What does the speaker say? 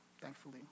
thankfully